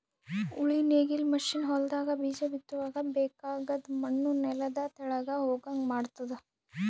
ಉಳಿ ನೇಗಿಲ್ ಮಷೀನ್ ಹೊಲದಾಗ ಬೀಜ ಬಿತ್ತುವಾಗ ಬೇಕಾಗದ್ ಮಣ್ಣು ನೆಲದ ತೆಳಗ್ ಹೋಗಂಗ್ ಮಾಡ್ತುದ